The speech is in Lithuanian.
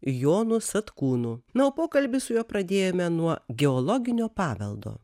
jonu satkūnu na o pokalbis su juo pradėjome nuo geologinio paveldo